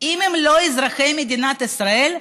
אם הם לא אזרחי מדינת ישראל,